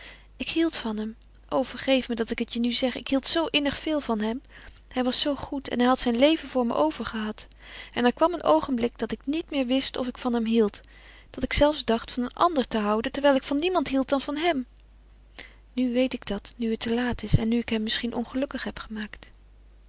ik hield van hem o vergeef me dat ik het je nu zeg ik hield zoo innig veel van hem hij was zoo goed en hij had zijn leven voor me over gehad en er kwam een oogenblik dat ik niet meer wist of ik van hem hield dat ik zelfs dacht van een ander te houden terwijl ik van niemand hield dan van hem nu weet ik dat nu het te laat is en nu ik hem misschien ongelukkig heb gemaakt